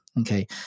okay